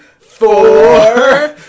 four